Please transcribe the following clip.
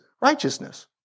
righteousness